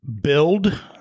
build